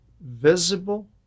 visible